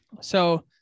So-